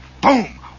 Boom